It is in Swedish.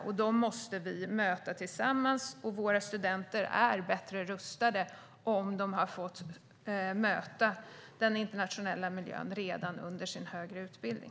Dessa måste vi möta tillsammans, och våra studenter är bättre rustade om de har fått möta den internationella miljön redan under sin högre utbildning.